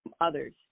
others